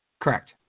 Correct